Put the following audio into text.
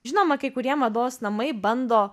žinoma kai kurie mados namai bando